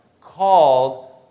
called